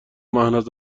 مهناز